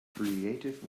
creative